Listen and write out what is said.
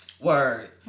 Word